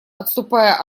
отступая